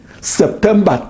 September